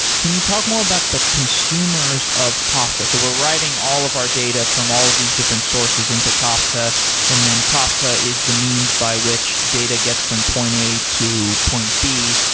can you talk more about the consumers of kafka? so we're writing all of our data from all of these different sources into kafka and then kafka is the means by which data gets from point a to point b.